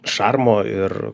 šarmo ir